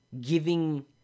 giving